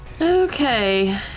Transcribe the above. Okay